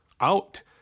out